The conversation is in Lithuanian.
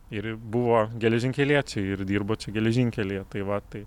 ir buvo geležinkeliečiai ir dirbo geležinkelyje tai va tai